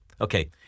Okay